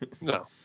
No